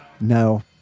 no